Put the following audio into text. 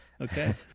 Okay